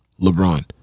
LeBron